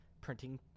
printing